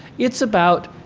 it's about,